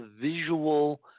visual